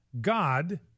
God